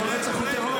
כל רצח הוא טרור?